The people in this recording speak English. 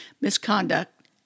misconduct